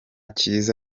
cyiza